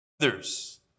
others